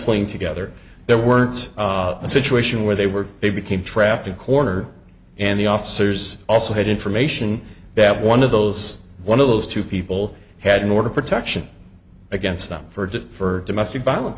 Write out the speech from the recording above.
playing together there weren't a situation where they were they became trapped in a corner and the officers also had information that one of those one of those two people had an order protection against them for domestic violence